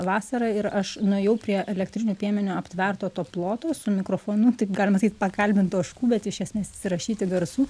vasara ir aš nuėjau prie elektriniu piemeniu aptverto to ploto su mikrofonu taip galima sakyt pakalbint ožkų bet iš esmės įsirašyti garsų